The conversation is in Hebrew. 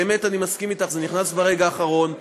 באמת, אני מסכים אתך, זה נכנס ברגע האחרון.